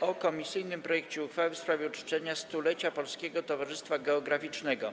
o komisyjnym projekcie uchwały w sprawie uczczenia 100-lecia Polskiego Towarzystwa Geograficznego.